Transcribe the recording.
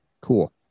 Cool